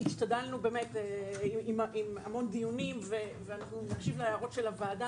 היו המון דיונים ונקשיב להערות של הוועדה